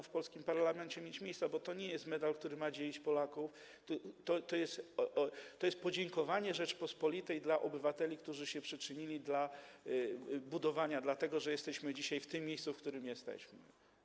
w polskim parlamencie mieć miejsca, bo to nie jest medal, który ma dzielić Polaków, to jest podziękowanie Rzeczypospolitej dla obywateli, którzy przyczynili się do budowania, dlatego że jesteśmy dzisiaj w tym miejscu, w którym jesteśmy.